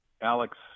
Alex